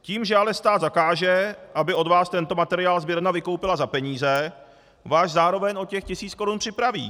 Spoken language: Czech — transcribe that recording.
Tím, že ale stát zakáže, aby od vás tento materiál sběrna vykoupila za peníze, vás zároveň o těch tisíc korun připraví!